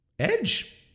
Edge